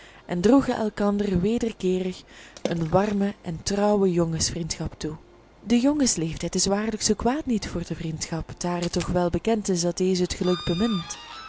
en droegen elkander wederkeerig een warme en trouwe jongensvriendschap toe de jongensleeftijd is waarlijk zoo kwaad niet voor de vriendschap daar het toch welbekend is dat deze het geluk bemint